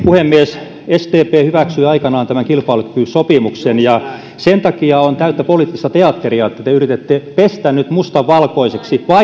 puhemies sdp hyväksyi aikanaan tämän kilpailukykysopimuksen ja sen takia se on täyttä poliittista teatteria että te yritätte nyt pestä mustan valkoiseksi